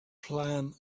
plan